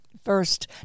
First